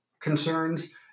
concerns